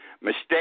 Mistake